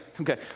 okay